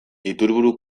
iturburu